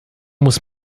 muss